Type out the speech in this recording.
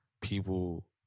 people